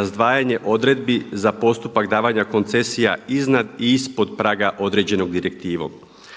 razdvajanje odredbi za postupak davanja koncesija iznad i ispod praga određenog direktivom.